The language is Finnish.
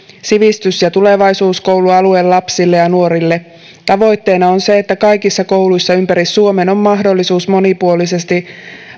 sivistys ja tulevaisuuskoulu alueen lapsille ja nuorille tavoitteena on se että kaikissa kouluissa ympäri suomen on mahdollisuus monipuolisesti